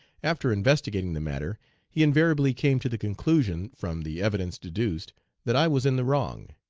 after investigating the matter he invariably came to the conclusion, from the evidence deduced that i was in the wrong,